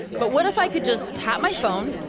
but what if i could just tap my phone,